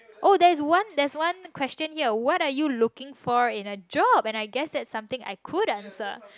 oh there's one there's one question here what are you looking for in a job I guess that's something I could answer